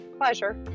pleasure